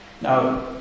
now